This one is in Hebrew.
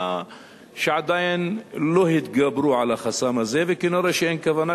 שעדיין לא התגברו עליו וכנראה שאין כוונה,